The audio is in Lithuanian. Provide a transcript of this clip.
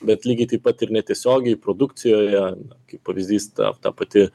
bet lygiai taip pat ir netiesiogiai produkcijoje kaip pavyzdys ta ta pati